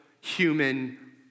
human